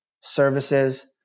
services